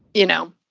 you know,